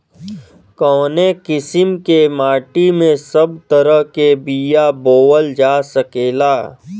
कवने किसीम के माटी में सब तरह के बिया बोवल जा सकेला?